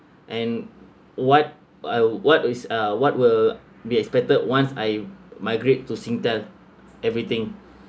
and what I'll what is uh what will be expected once I migrate to singtel everything